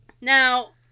Now